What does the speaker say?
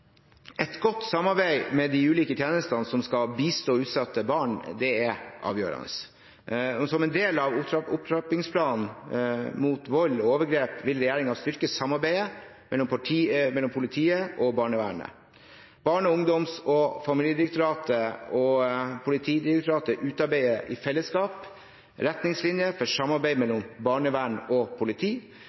Et godt samarbeid med de ulike tjenestene som skal bistå utsatte barn, er avgjørende. Som en del av opptrappingsplanen mot vold og overgrep vil regjeringen styrke samarbeidet mellom politiet og barnevernet. Barne-, ungdoms- og familiedirektoratet og Politidirektoratet utarbeider i fellesskap retningslinjer for samarbeid mellom barnevern og politi.